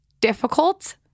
difficult